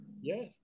Yes